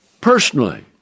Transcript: personally